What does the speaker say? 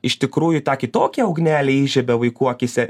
iš tikrųjų tą kitokią ugnelę įžiebia vaikų akyse